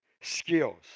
skills